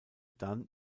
dann